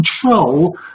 control